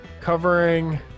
covering